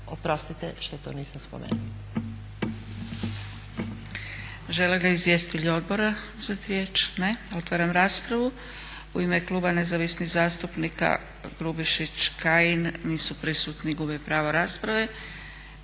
Oprostite što to nisam spomenula.